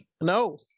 no